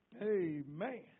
Amen